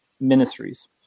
ministries